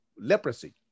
leprosy